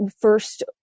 first